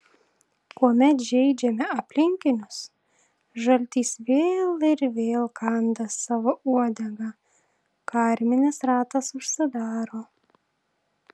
kuomet žeidžiame aplinkinius žaltys vėl ir vėl kanda savo uodegą karminis ratas užsidaro